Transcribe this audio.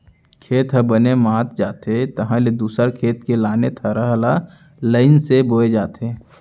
खेत ह बने मात जाथे तहाँ ले दूसर खेत के लाने थरहा ल लईन से बोए जाथे